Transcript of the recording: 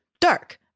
dark